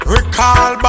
Recall